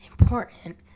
important